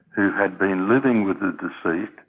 who had been living with the deceased,